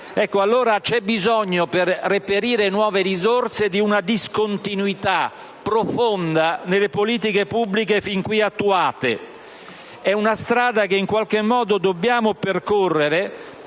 Allora c'è bisogno, per reperire nuove risorse, di una discontinuità profonda nelle politiche pubbliche fin qui attuate. È una strada obbligata e che comporta